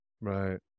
Right